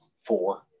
four